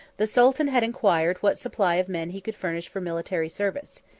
the sultan had inquired what supply of men he could furnish for military service.